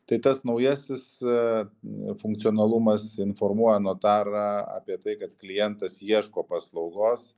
tai tas naujasis funkcionalumas informuoja notarą apie tai kad klientas ieško paslaugos